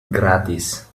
gratis